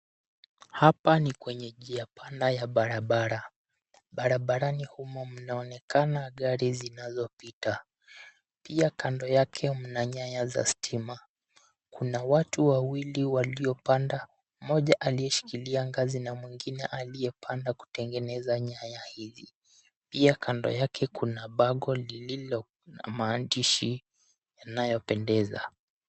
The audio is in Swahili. Hapa ni kwenye njia panda ya barabara. Barabarani humu mnaonekana gari zinazopita pia kando yake mna nyaya za stima. Kuna watu wawili waliopanda, mmoja aliyeshikilia ngazi na mwingine aliyepanda kutengeneza nyaya hizi. Pia kando yake kuna bango lililo na maandishi yanayopendeza.